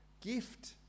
gift